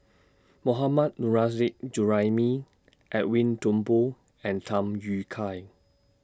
Mohammad Nurrasyid Juraimi Edwin Thumboo and Tham Yui Kai